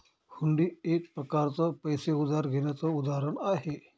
हुंडी एक प्रकारच पैसे उधार घेण्याचं उदाहरण आहे